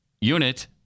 unit